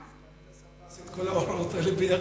כל ההוראות האלה ביחד?